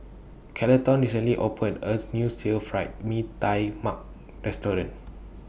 Carleton recently opened as New Stir Fry Mee Tai Mak Restaurant